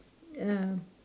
ya